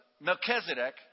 Melchizedek